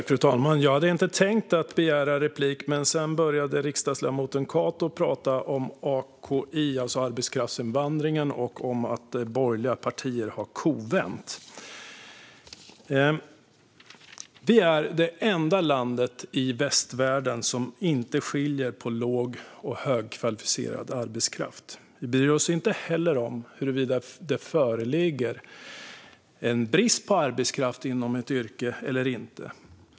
Fru talman! Jag hade inte tänkt begära replik, men sedan började riksdagsledamoten Cato prata om AKI, alltså arbetskraftsinvandring, och att borgerliga partier har kovänt. Sverige är det enda landet i västvärlden som inte skiljer mellan lågkvalificerad och högkvalificerad arbetskraft. Vi bryr oss inte heller om huruvida det föreligger en brist på arbetskraft inom ett yrke eller inte.